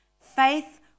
Faith